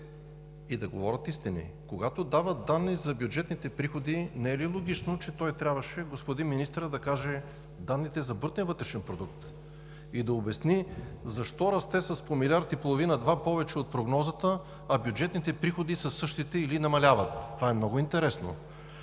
И да говорят истини. Когато дават данни за бюджетните приходи, не е ли логично, че той, господин министърът, трябваше да каже данните за брутния вътрешен продукт и да обясни защо расте с 1,5 – 2 млрд. лв. повече от прогнозата, а бюджетните приходи са същите или намаляват? Това е много интересно.